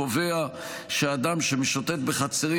קובע שאדם שמשוטט בחצרים,